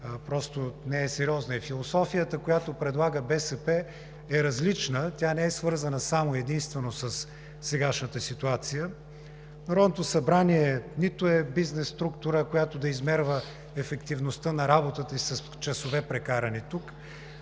просто не е сериозна. Философията, която предлага БСП, е различна – тя не е свързана само и единствено със сегашната ситуация. Народното събрание не е бизнес структура, която да измерва ефективността на работата с часове, прекарани тук.